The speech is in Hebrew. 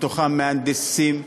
בהם מהנדסים,